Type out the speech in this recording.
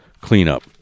cleanup